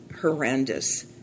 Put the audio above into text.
horrendous